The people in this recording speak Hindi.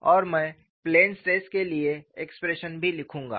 और मैं प्लेन स्ट्रेस के लिए एक्सप्रेशन भी लिखूंगा